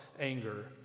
anger